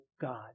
God